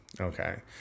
Okay